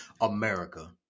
America